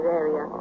area